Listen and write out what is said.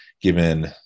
given